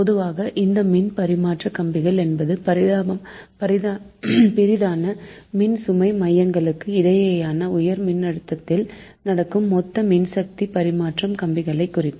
பொதுவாக இந்த மின் பரிமாற்ற கம்பிகள் என்பது பிரதான மின் சுமை மையங்களுக்கு இடையேயான உயர் மின்னழுத்ததில் நடக்கும் மொத்த மின்சக்தி பரிமாற்ற கம்பிகளை குறிக்கும்